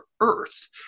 earth